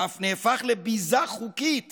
שאף נהפך לביזה חוקית